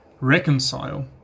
reconcile